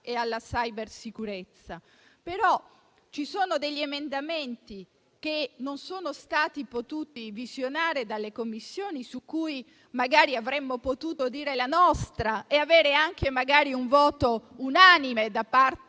alla cybersicurezza. Però ci sono degli emendamenti che non hanno potuto essere visionati dalle Commissioni congiunte, su cui avremmo potuto dire la nostra e avere anche magari un voto unanime da parte